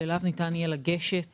שאליו ניתן יהיה לגשת